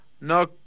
no